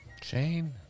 Jane